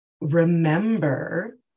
remember